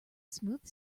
smooth